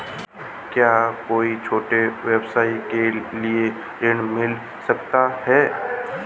क्या कोई छोटे व्यवसाय के लिए ऋण मिल सकता है?